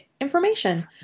information